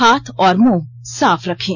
हाथ और मुंह साफ रखें